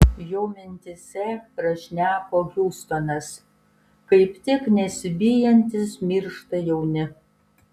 jo mintyse prašneko hiustonas kaip tik nesibijantys miršta jauni